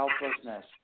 helplessness